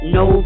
no